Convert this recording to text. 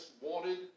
wanted